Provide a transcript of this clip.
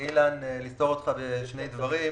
אילן, צר לי לסתור אותך בשני דברים.